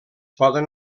poden